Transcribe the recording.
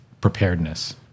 preparedness